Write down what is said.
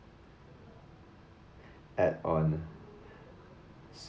add on